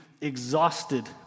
exhausted